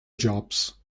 jobs